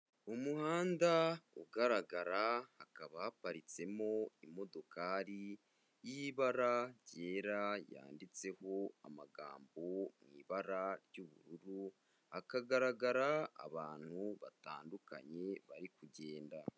Umuhanda ugaragara hakaba haparitsemo imodokari y'ibara ryera yanditseho amagambo mu ibara ry'ubururu, hakagaragara abantu batandukanye bari kugenda.